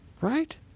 right